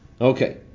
Okay